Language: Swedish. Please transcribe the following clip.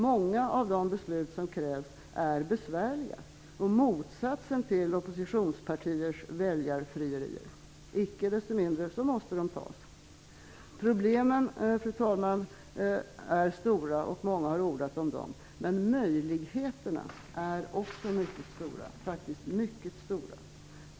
Många av de beslut som krävs är besvärliga och motsatsen till oppositionspartiers väljarfrierier. Icke desto mindre måste de tas. Problemen, fru talman, är stora; många har ordat om dem. Men möjligheterna är också stora.